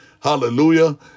Hallelujah